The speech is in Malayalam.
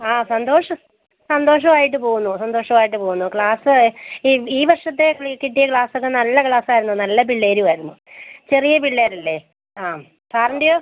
ആ സന്തോഷമായിട്ട് പോവുന്നു സന്തോഷമായിട്ട് പോവുന്നു ക്ലാസ് ഈ ഈ വര്ഷത്തിനുള്ളിൽ കിട്ടിയ ക്ലാസൊക്കെ നല്ല ക്ലാസായിരുന്നു നല്ല പിള്ളേരും ആയിരുന്നു ചെറിയ പിള്ളേരല്ലേ ആം സാറിന്റെയോ